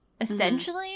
essentially